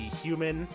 human